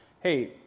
hey